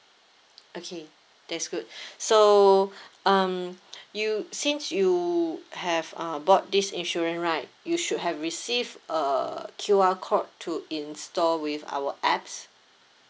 okay that's good so um you since you have uh bought this insurance right you should have received a Q_R code to install with our apps